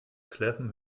kläffen